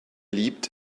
leapt